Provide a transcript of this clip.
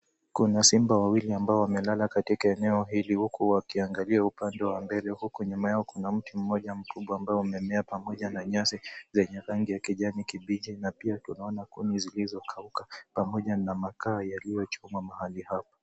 Kuna simba wawili ambao wamelala katika eneo hili huku wakiangalia upande wa mbelel huku nyuma yao kuna mti moja mkubwa ambao umemea pamoja na nyasi zenye rangi ya kijani kibichi na pia tunaona kuni zilizokauka pamoja na makaa yaliyochoma mahali hapa.